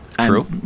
True